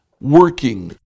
working